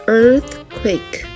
earthquake 。